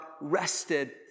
rested